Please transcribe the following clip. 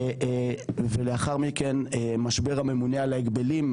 לאחר מכן משבר הממונה על ההגבלים,